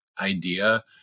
idea